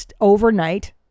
overnight